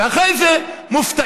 ואחרי זה מופתעים.